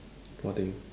what thing